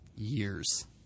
Years